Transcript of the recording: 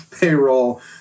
payroll